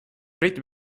briti